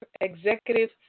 executive